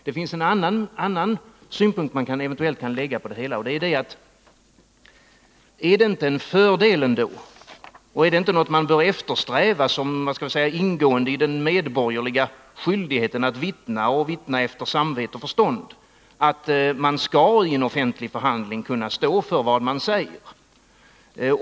Det finns en annan synpunkt man eventuellt kan lägga på frågan: Är det inte ändå en fördel och något som man bör eftersträva såsom ingående i den medborgerliga skyldigheten att vittna efter samvete och förstånd, att man i en offentlig förhandling skall kunna stå för vad man säger?